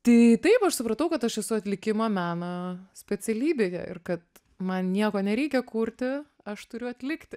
tai taip aš supratau kad aš esu atlikimo meno specialybėje ir kad man nieko nereikia kurti aš turiu atlikti